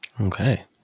Okay